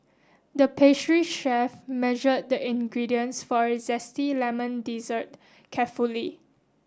the pastry chef measured the ingredients for a zesty lemon dessert carefully